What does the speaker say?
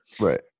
Right